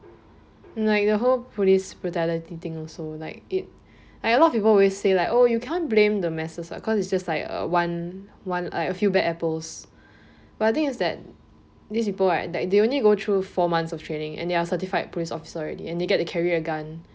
like the whole police brutality thing also like it like a lot of people always say like oh you cannot blame the masses lah cause it's just like uh one one like a few bad apples but I think is that these people right they only go through four months of training and they are certified police officer already and they get to carry a gun